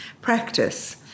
practice